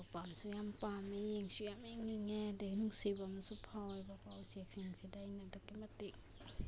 ꯄꯥꯝꯁꯨ ꯌꯥꯝ ꯄꯥꯝꯏ ꯌꯦꯡꯁꯨ ꯌꯥꯝ ꯌꯦꯡꯅꯤꯡꯉꯦ ꯑꯗꯒꯤ ꯅꯨꯡꯁꯤꯕ ꯑꯃꯁꯨ ꯐꯥꯎꯋꯦꯕꯀꯣ ꯎꯆꯦꯛꯁꯤꯡꯁꯤꯗ ꯑꯩꯅ ꯑꯗꯨꯛꯀꯤ ꯃꯇꯤꯛ